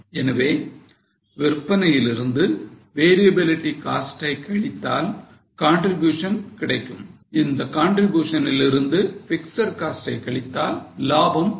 எனவே விற்பனையிலிருந்து variable cost ஐ கழித்தால் contribution கிடைக்கும் இந்த contribution லிருந்து பிக்ஸட் காஸ்ட் ஐ கழித்தால் லாபம் கிடைக்கும்